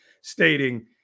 stating